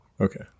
Okay